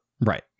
Right